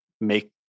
make